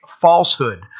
falsehood